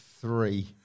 Three